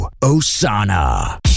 Osana